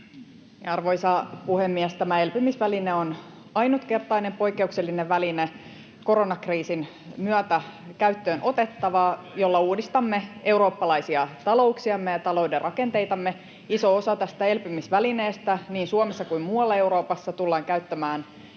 Arvoisa puhemies! Tämä elpymisväline on ainutkertainen, poikkeuksellinen väline, koronakriisin myötä käyttöön otettava, jolla uudistamme eurooppalaisia talouksiamme ja talouden rakenteitamme. Iso osa tästä elpymisvälineestä, niin Suomessa kuin muualla Euroopassa, tullaan käyttämään tietenkin